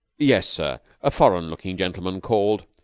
yes, sir. a foreign-looking gentleman called.